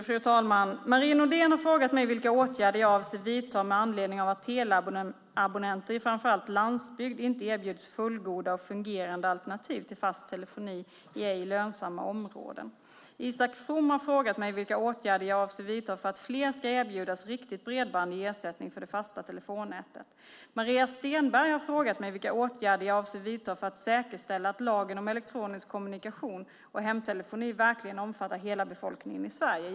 Fru talman! Marie Nordén har frågat mig vilka åtgärder jag avser att vidta med anledning av att teleabonnenter i framför allt landsbygd inte erbjuds fullgoda och fungerande alternativ till fast telefoni i ej lönsamma områden. Isak From har frågat mig vilka åtgärder jag avser att vidta för att fler ska erbjudas riktigt bredband i stället för det fasta telefonnätet. Maria Stenberg har frågat mig vilka åtgärder jag avser vidta för att säkerställa att lagen om elektronisk kommunikation och hemtelefoni verkligen omfattar hela befolkningen i Sverige.